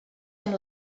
amb